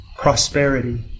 prosperity